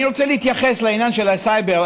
אני רוצה להתייחס לעניין של הסייבר.